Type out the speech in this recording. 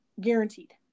Guaranteed